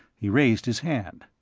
he raised his hand.